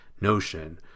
notion